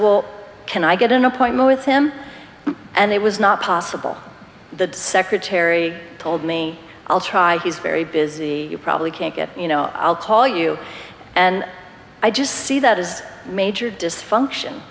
well can i get an appointment with him and it was not possible the secretary told me i'll try he's very busy you probably can't get you know i'll call you and i just see that as major dysfunction